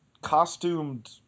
costumed